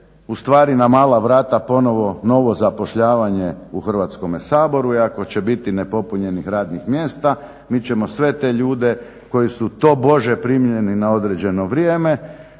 ustvari na mala vrata ponovno novo zapošljavanje u Hrvatskome saboru i ako će biti nepopunjenih radnih mjesta mi ćemo sve te ljude koji su tobože primljeni na određeno vrijeme,